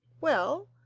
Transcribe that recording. well,